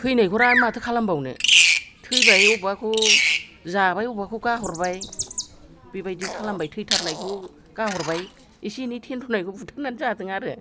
थैनायखौ आरो माथो खालामबावनो थैबाय अबेबाखौ जाबाय अबेबाखौ गाहरबाय बेबायदि खालामबाय थैथारनायखौ गाहरबाय एसे एनै थेनथावनायखौ बुथारनानै जादों आरो